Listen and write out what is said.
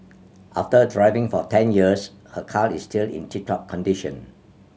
after driving for ten years her car is still in tip top condition